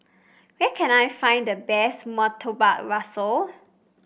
where can I find the best Murtabak Rusa